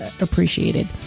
appreciated